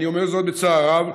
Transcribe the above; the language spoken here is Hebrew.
אני אומר זאת בצער רב,